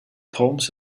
palms